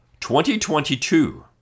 2022